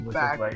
back